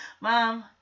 mom